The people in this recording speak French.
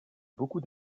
beaucoup